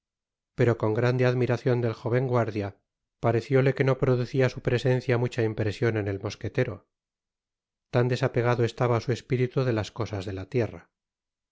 pero con grande admiracion del jóven guardia parecióle que no producía su presencia mucha impresion en el mosquetero tan desapegado estaba su espíritu de las cosas de la tierra